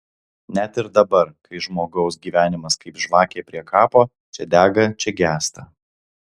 net ir dabar kai žmogaus gyvenimas kaip žvakė prie kapo čia dega čia gęsta